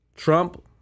Trump